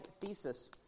thesis